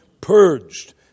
purged